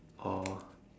oh